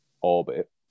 orbit